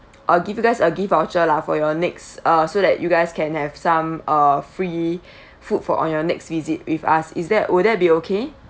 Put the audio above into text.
uh give you guys a gift voucher lah for your next uh so that you guys can have some uh free food for on your next visit with us is that would that be okay